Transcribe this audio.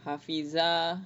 hafizah